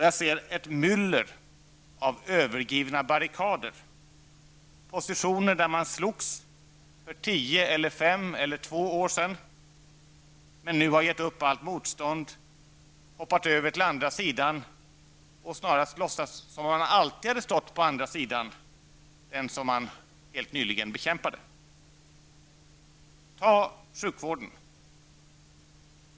Jag ser ett myller av övergivna barrikader, positioner där man slogs för tio eller fem eller två år sedan men nu har gett upp allt motstånd, hoppat över till andra sidan och snarast låtsas som om man alltid hade stått på den andra sidan, den som man helt nyligen bekämpade. Ta sjukvården!